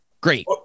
great